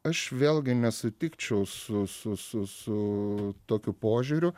aš vėlgi nesutikčiau su su su su tokiu požiūriu